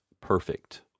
perfect